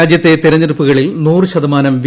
രാജ്യത്തെ തെരഞ്ഞെടുപ്പുകളിൽ നൂറ് ശതമാനം വി